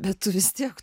bet tu vis tiek